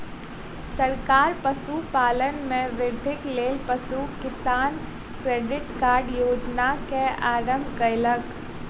सरकार पशुपालन में वृद्धिक लेल पशु किसान क्रेडिट कार्ड योजना के आरम्भ कयलक